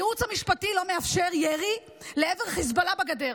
הייעוץ המשפטי לא מאפשר ירי לעבר חיזבאללה בגדר.